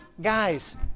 Guys